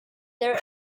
their